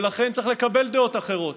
ולכן צריך לקבל דעות אחרות.